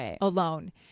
alone